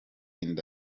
inda